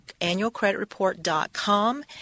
annualcreditreport.com